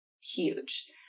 huge